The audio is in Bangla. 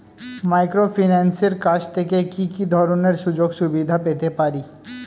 মাইক্রোফিন্যান্সের কাছ থেকে কি কি ধরনের সুযোগসুবিধা পেতে পারি?